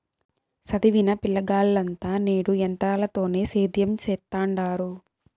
సదివిన పిలగాల్లంతా నేడు ఎంత్రాలతోనే సేద్యం సెత్తండారు